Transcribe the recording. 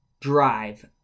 drive